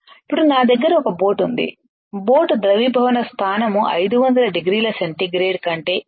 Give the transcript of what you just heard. ఇప్పుడు నా దగ్గర ఒక బోట్ ఉంది బోట్ ద్రవీభవన స్థానం 500 డిగ్రీల సెంటీగ్రేడ్ కంటే ఎక్కువ